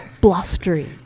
blustery